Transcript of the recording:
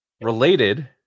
Related